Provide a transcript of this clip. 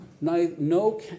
no